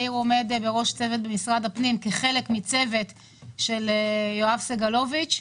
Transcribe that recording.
יאיר עומד בראש צוות במשרד הפנים כחלק מצוות של יואב סגלוביץ'.